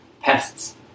pests